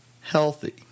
healthy